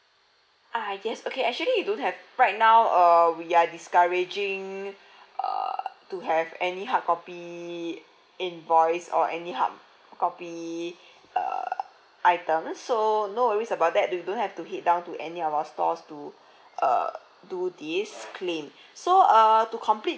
ah yes okay actually you don't have right now uh we are discouraging err to have any hard copy invoice or any hard copy err item so no worries about that you don't have to head down to any of our stores to uh do this claim so err to complete